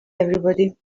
everybody